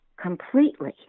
completely